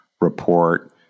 report